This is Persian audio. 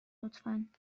لطفا